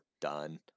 done